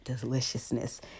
deliciousness